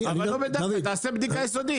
תעשה בדיקה יסודית,